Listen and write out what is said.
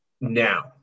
now